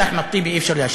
את אחמד טיבי אי-אפשר להשתיק.